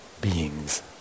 beings